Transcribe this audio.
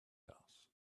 house